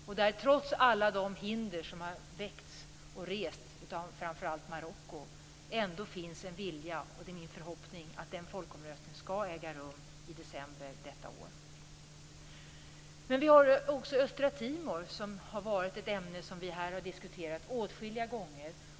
Det finns trots alla de hinder som rests av framför allt Marocko en vilja. Det är min förhoppning att en folkomröstning skall äga rum i december detta år. Men vi har också Östra Timor. Det är ett ämne som vi diskuterat åtskilliga gånger.